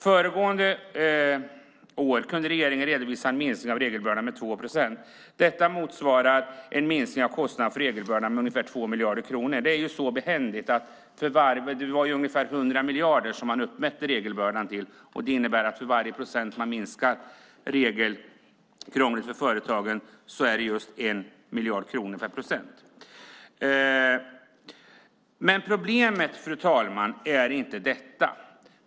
Föregående år kunde regeringen redovisa en minskning av regelbördan med 2 procent. Detta motsvarar en minskning av kostnaderna för regelbördan med ungefär 2 miljarder kronor. Det är ju så behändigt att man uppskattade kostnaden för regelbördan till ungefär 100 miljarder. Varje procent som man minskar regelkrånglet med för företagen innebär alltså 1 miljard kronor. Men problemet, fru talman, är inte detta.